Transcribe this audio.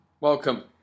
Welcome